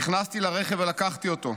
נכנסתי לרכב ולקחתי אותו.